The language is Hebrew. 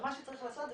שצריך לעשות זה